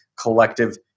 collective